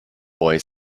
boy